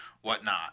whatnot